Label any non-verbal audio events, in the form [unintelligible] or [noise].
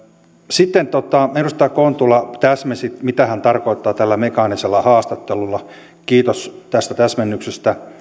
sitten edustaja kontula täsmensi mitä hän tarkoittaa tällä mekaanisella haastattelulla kiitos tästä täsmennyksestä [unintelligible]